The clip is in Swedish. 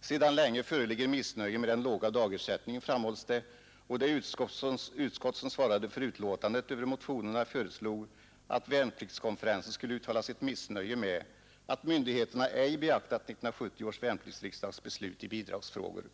Sedan länge föreligger missnöje med den låga dagersättningen, framhålls det, och det utskott som svarade för betänkandet över motionerna föreslog att värnpliktskonferensen skulle uttala sitt missnöje med att myndigheterna ej beaktat 1970 års värnpliktsriksdags beslut i bidragsfrågor.